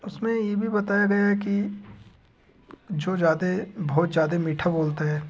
उसमें ये भी बताया गया है कि जो ज़्यादा बहुत ज़्यादा मीठा बोलते हैं